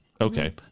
Okay